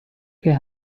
che